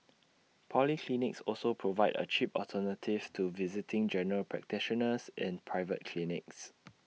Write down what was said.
polyclinics also provide A cheap alternative to visiting general practitioners in private clinics